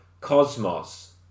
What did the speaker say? cosmos